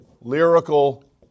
lyrical